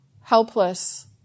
Helpless